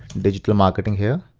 digital marketing here.